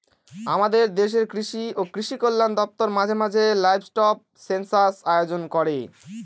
আমাদের দেশের কৃষি ও কৃষি কল্যাণ দপ্তর মাঝে মাঝে লাইভস্টক সেনসাস আয়োজন করে